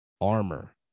armor